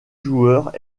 joueurs